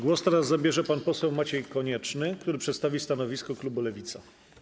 Głos teraz zabierze pan poseł Maciej Konieczny, który przedstawi stanowisko klubu Lewica.